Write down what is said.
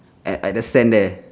at at the sand there